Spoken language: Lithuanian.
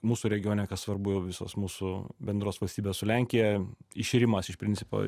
mūsų regione kas svarbu visos mūsų bendros valstybės su lenkija iširimas iš principo